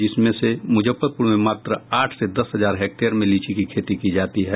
जिसमें से मुजफ्फरपुर में मात्र आठ से दस हजार हेक्टेयर में लीची की खेती की जाती है